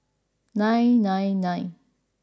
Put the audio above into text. nine nine nine